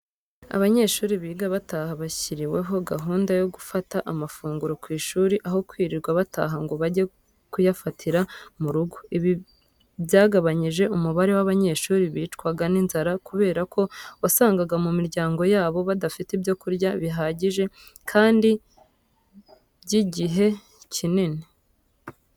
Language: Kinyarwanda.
Abanyeshuri biga bataha bashyiriweho gahunda yo gufata amafunguro ku ishuri aho kwirirwa bataha ngo bajye kuyafatira mu rugo. Ibi byagabanyije umubare w'abanyeshuri bicwaga n'inzara kubera ko wasangaga mu miryango yabo badafite ibyo kurya bihajyije kandi by'ijyihe cyinini.